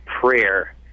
prayer